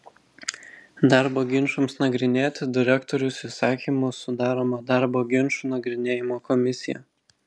darbo ginčams nagrinėti direktorius įsakymu sudaroma darbo ginčų nagrinėjimo komisija